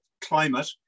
climate